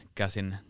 käsin